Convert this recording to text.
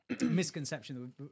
misconception